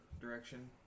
Direction